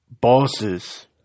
bosses